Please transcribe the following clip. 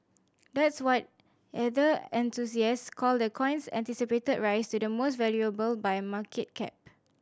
that's what either enthusiasts call the coin's anticipated rise to the most valuable by market cap